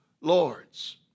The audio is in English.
Lords